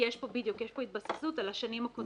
כי יש פה התבססות על השנים הקודמות,